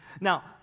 Now